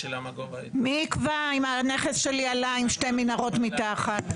מי יקבע אם הנכס שלי עלה עם שתי מנהרות מתחת?